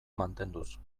mantenduz